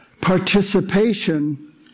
participation